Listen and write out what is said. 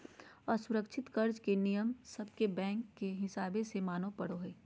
असुरक्षित कर्ज मे नियम सब के बैंक के हिसाब से माने पड़ो हय